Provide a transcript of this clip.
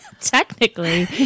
technically